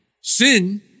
sin